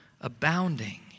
abounding